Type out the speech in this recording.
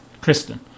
Kristen